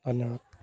ଧନ୍ୟବାଦ